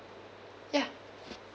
ya